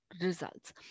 results